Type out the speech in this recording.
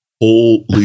holy